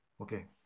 Okay